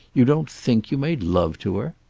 you don't think you made love to her!